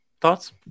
thoughts